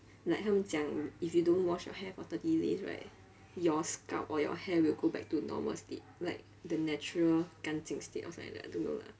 like 他们讲 if you don't wash your hair for thirty days right your scalp or your hair will go back to normal state like the natural 干净 state or something like that I don't know lah